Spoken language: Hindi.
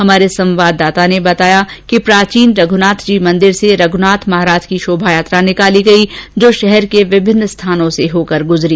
हमारे संवाददाता ने बताया कि प्राचीन रघुनाथ जी मंदिर से रघुनाथ जी महाराज की शोभायात्रा निकाली गई जो शहर के विभिन्न स्थानों से होकर गुजरी